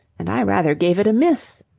and i rather gave it a miss.